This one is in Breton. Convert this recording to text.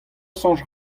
soñj